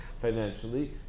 financially